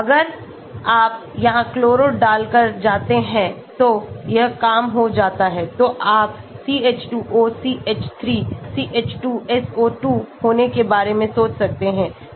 अगर आप यहां क्लोरो डालकर जाते हैं तो यह कम हो जाता है तो आप CH2OCH3 CH2SO2 होने के बारे में सोच सकते हैं